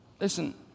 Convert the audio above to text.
Listen